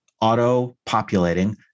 auto-populating